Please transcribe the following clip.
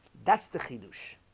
that's the solution.